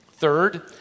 Third